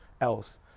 else